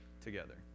together